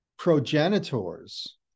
Progenitors